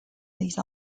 these